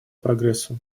прогрессу